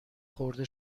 خورده